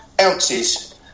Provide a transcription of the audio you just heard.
ounces